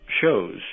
Shows